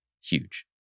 Huge